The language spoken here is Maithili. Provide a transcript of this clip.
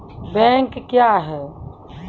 बैंक क्या हैं?